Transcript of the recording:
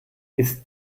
ist